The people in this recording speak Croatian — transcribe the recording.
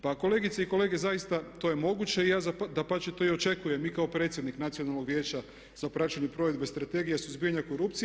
Pa kolegice i kolege zaista to je moguće i ja dapače to i očekujem i kao predsjednik Nacionalnog vijeća za praćenje provedbe Strategije suzbijanja korupcije.